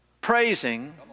praising